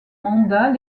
mandat